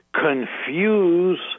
confuse